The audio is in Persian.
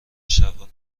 شبها